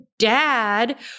dad